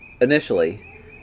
initially